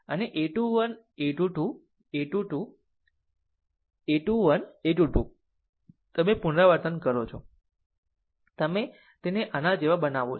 અને a 21 a 2 2 a 2 2 a 21 a 2 2 તમે પુનરાવર્તન કરો છો તમે તેને આના જેવા બનાવો છો